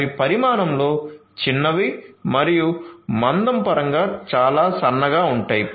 అవి పరిమాణంలో చిన్నవి మరియు మందం పరంగా చాలా సన్నగా ఉంటాయి